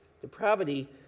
Depravity